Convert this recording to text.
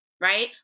right